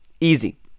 easy